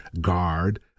guard